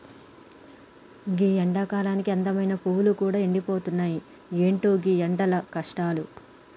గీ ఎండకాలానికి అందమైన పువ్వులు గూడా ఎండిపోతున్నాయి, ఎంటో గీ ఎండల కష్టాలు